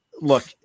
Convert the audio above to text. look